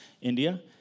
India